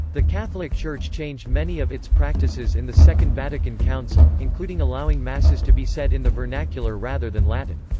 the catholic church changed many of its practices in the second vatican council, including allowing masses to be said in the vernacular rather than latin.